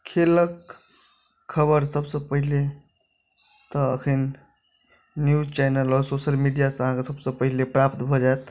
खेलक खबर सबसँ पहिले तऽअखन न्यूज चैनल आओर सोशल मीडियासँ अहाँ कऽ सबसँ पहिले प्राप्त भऽ जायत